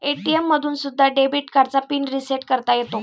ATM मधून सुद्धा debit कार्डचा पिन रिसेट करता येतो